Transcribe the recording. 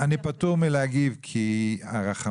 אני פטור מלהגיב כי הרחמים